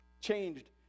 changed